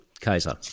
Kaiser